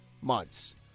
months